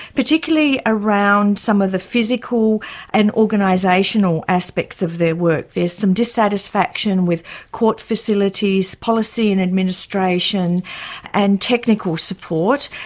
particularly around some of the physical and organisational aspects of their work. there's some dissatisfaction with court facilities, policy and administration and technical support,